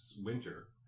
winter